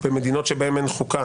במדינות בהן אין חוקה